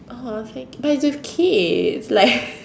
oh thank it's with kids like